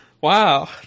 Wow